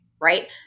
right